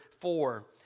four